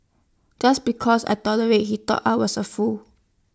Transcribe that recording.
just because I tolerated he thought I was A fool